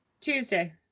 Tuesday